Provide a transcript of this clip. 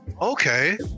okay